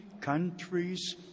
countries